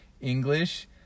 English